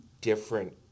different